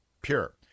Pure